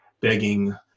begging